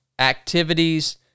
activities